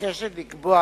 מבקשת לקבוע